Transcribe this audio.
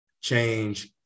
change